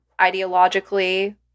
ideologically